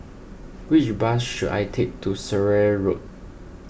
which bus should I take to Surrey Road